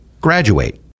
graduate